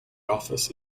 office